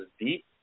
deep